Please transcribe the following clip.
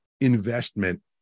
investment